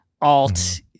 alt